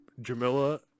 Jamila